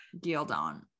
gildon